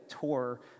tour